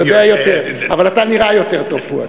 אני יודע שיותר, אבל אתה נראה יותר טוב, פואד.